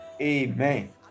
Amen